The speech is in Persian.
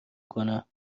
کنم